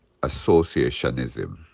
associationism